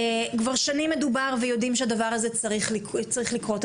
כבר שנים יודעים שהדבר הזה צריך לקרות,